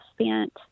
spent